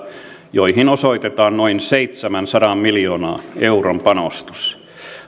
joihin osoitetaan noin seitsemänsadan miljoonan euron panostus